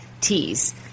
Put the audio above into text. tees